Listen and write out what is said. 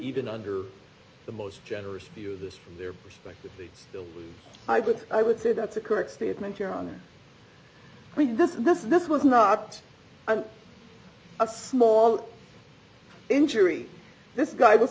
even under the most generous view of this from their perspective it still i would i would say that's a correct statement here on this this this was not a small injury this guy was